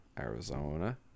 Arizona